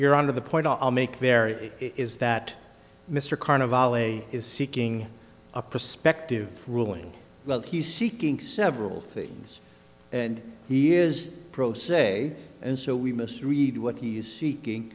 you're on to the point i'll make very is that mr carnevale is seeking a prospective ruling well he's seeking several things and he is pro se and so we misread what he is seeking